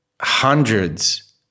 hundreds